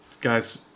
guys